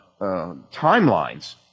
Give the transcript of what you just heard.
timelines